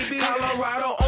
Colorado